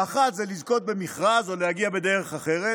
האחת היא לזכות במכרז או להגיע בדרך אחרת,